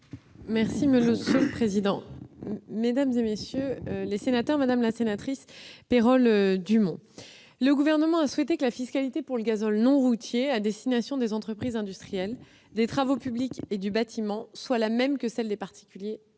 ? La parole est à Mme la secrétaire d'État. Madame la sénatrice Perol-Dumont, le Gouvernement a souhaité que la fiscalité pour le gazole non routier à destination des entreprises industrielles, des travaux publics et du bâtiment soit la même que celle des particuliers